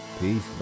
Peace